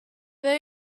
they